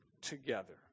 together